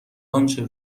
آنچه